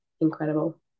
incredible